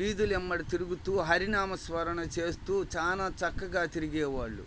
వీధుల వెంబడి తిరుగుతూ హరి నామ స్మరణ చేస్తూ చాలా చక్కగా తిరిగే వాళ్ళు